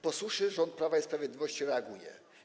Po suszy rząd Prawa i Sprawiedliwości reaguje.